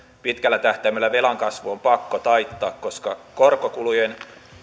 pitkällä tähtäimellä velan kasvu on pakko taittaa koska korkokulujen